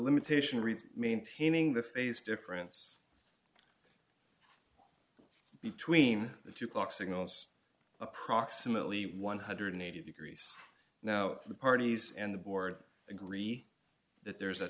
limitation reads maintaining the phase difference between the two clocks signals approximately one hundred and eighty degrees now the parties and the board agree that there is a